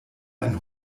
ein